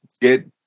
get